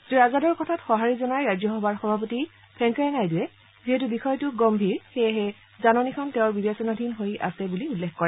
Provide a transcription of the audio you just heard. শ্ৰীআজাদৰ কথাত সহাৰি জনাই ৰাজ্যসভাৰ সভাপতি ভেংকায়া নাইডুৱে যিহেতু বিষয়টো গগ্তীৰ সেয়েহে জাননীখন তেওঁৰ বিবেচনাধীন হৈ আছে বুলি উল্লেখ কৰে